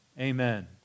Amen